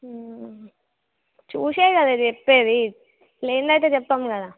చూసే కదా చెప్పేది లేంది అయితే చెప్పం కదా